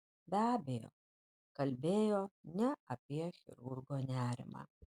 be abejo kalbėjo ne apie chirurgo nerimą